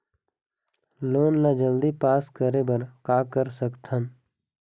Loan ला जल्दी pass करे बर का कर सकथन?